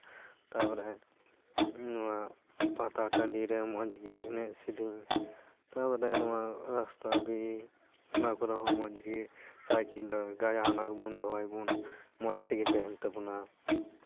ᱛᱟᱯᱚᱨᱮ ᱱᱚᱣᱟ ᱯᱟᱛᱟ ᱴᱟᱺᱰᱤ ᱨᱮ ᱢᱚᱡᱽ ᱜᱮ ᱮᱱᱮᱡ ᱥᱤᱨᱤᱧ ᱛᱟᱯᱚᱨᱮ ᱱᱚᱣᱟ ᱨᱟᱥᱛᱟ ᱵᱤᱨ ᱚᱱᱟ ᱠᱚᱨᱮ ᱦᱚᱸ ᱢᱚᱡᱽ ᱜᱮ ᱥᱟᱭᱠᱮᱞ ᱠᱚ ᱡᱟᱦᱟᱱᱟᱜ ᱠᱚᱵᱚᱱ ᱫᱚᱦᱚᱭᱟᱵᱚᱱ ᱢᱚᱡᱽ ᱛᱮᱜᱮ ᱛᱟᱦᱮᱱ ᱛᱟᱵᱚᱱᱟ